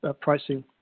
pricing